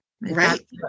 right